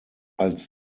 als